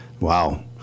Wow